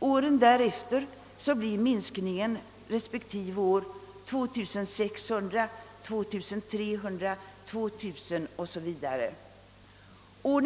åren därefter blir minskningen 3100, 2600, 2300 o.s.v.